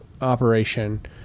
operation –